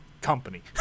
Company